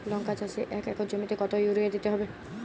লংকা চাষে এক একর জমিতে কতো ইউরিয়া দিতে হবে?